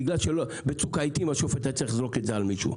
בגלל שבצוק העתים השופט היה צריך לזרוק את זה על מישהו.